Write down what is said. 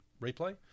replay